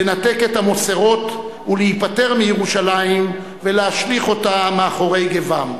לנתק את המוסרות ולהיפטר מירושלים ולהשליך אותה מאחורי גוום.